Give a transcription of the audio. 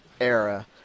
era